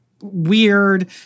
weird